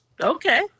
Okay